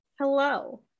hello